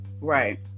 Right